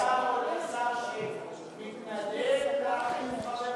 השר או את השר שמתנדב להחליף חבר כנסת?